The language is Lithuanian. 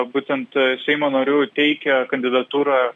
būtent seimo narių teikia kandidatūrą